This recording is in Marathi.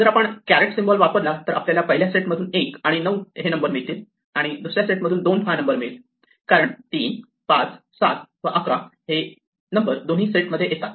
जर आपण कॅरट सिम्बॉल वापरला तर आपल्याला पहिल्या सेट मधून 1 आणि 9 हे नंबर मिळतील आणि दुसऱ्या सेट मधून 2 हा नंबर मिळेल कारण 3 5 7 व 11 हे नंबर दोन्ही सेटमध्ये येतात